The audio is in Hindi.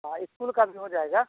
हाँ स्कूल का भी हो जाएगा